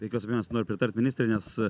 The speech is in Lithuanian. be jokios abejonės noriu pritart ministrei nes